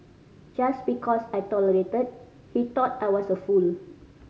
just because I tolerated he thought I was a fool